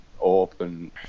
open